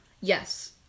yes